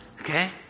Okay